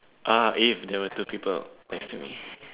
uh if there were two people next to me